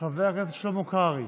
חבר הכנסת שלמה קרעי,